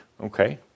Okay